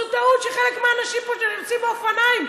זו טעות שחלק מהאנשים פה שנוסעים באופניים,